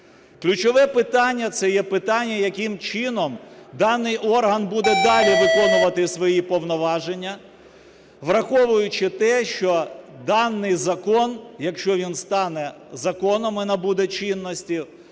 Ключове питання – це є питання: яким чином даний орган буде далі виконувати свої повноваження, враховуючи те, що даний закон, якщо він стане законом і набуде чинності,